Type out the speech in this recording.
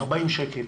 40 שקלים.